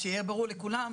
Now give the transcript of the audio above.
שיהיה ברור לכולם,